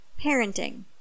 parenting